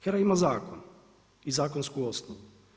HERA ima zakon i zakonsku osnovu.